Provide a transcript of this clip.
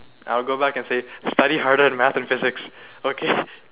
I'll go back and say study harder in math and physics okay